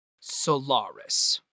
Solaris